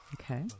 Okay